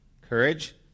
Courage